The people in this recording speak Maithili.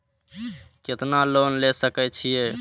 केतना लोन ले सके छीये?